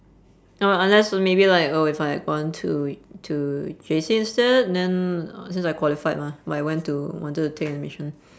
oh unless maybe like oh if I had gone to to J_C instead and then uh since I qualified mah but I went to wanted to take admission